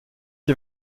die